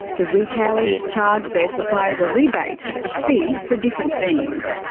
the retailers charge their suppliers a rebate, a fee for different things.